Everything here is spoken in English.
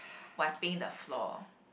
wiping the floor